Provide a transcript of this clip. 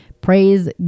Praise